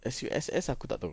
S_U_S_S aku tak tahu